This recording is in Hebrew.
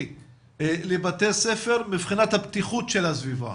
לבתי הספר מבחינת הבטיחות שלך הסביבה.